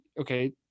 okay